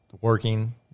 working